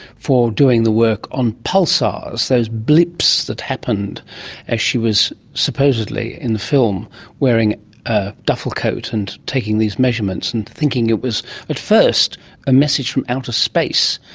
for doing the work on pulsars, those blips that happened as she was supposedly in the film wearing a duffel coat and taking these measurements and thinking it was at first a message from outer space.